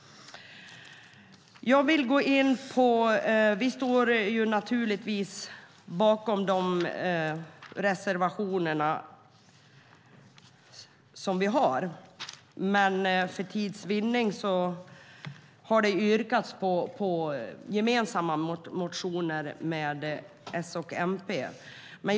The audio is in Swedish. Vi står givetvis bakom våra reservationer, men för tids vinnande har det yrkats bifall endast till de reservationer vi har tillsammans med S och MP.